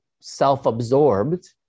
self-absorbed